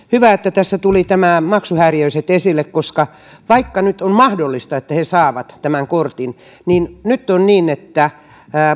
hyvä että tässä tuli nämä maksuhäiriöiset esille vaikka nyt on mahdollista että he saavat kortin niin nyt on niin että